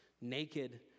naked